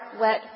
wet